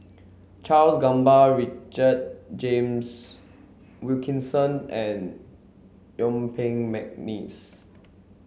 Charles Gamba Richard James Wilkinson and Yuen Peng McNeice